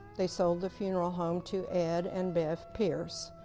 they sold the funeral home to ed and beth pearce.